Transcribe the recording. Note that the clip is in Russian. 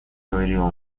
говорил